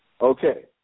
Okay